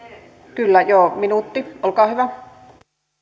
minuutti olkaa hyvä arvoisa